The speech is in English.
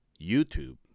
YouTube